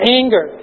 anger